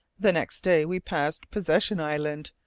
the next day we passed possession island,